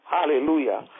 Hallelujah